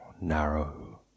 narrow